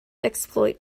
exploit